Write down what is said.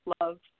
love